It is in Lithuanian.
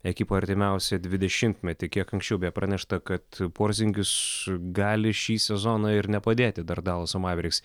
ekipoj artimiausią dvidešimtmetį kiek anksčiau buvo pranešta kad porzingis gali šį sezoną ir nepadėti dar dalaso maveriks